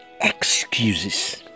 Excuses